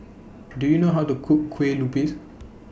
Do YOU know How to Cook Kueh Lupis